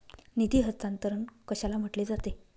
निधी हस्तांतरण कशाला म्हटले जाते?